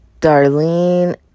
Darlene